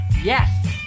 Yes